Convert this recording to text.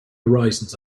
horizons